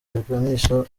biganisha